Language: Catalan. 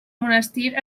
monestir